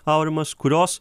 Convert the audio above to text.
aurimas kurios